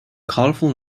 colorful